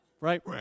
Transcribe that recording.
right